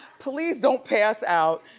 please don't pass out.